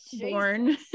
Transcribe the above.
born